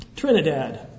Trinidad